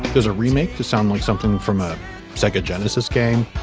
there's a remake to sound like something from a sega genesis game.